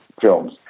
films